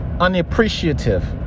unappreciative